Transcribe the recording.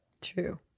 True